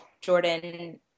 Jordan